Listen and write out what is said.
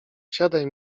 siadaj